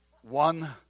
one